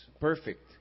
perfect